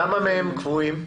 כמה מהם קבועים?